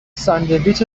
ساندویچ